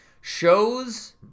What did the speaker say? shows